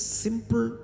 simple